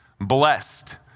blessed